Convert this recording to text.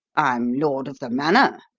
i'm lord of the manor,